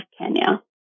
Kenya